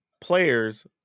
players